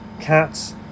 Cats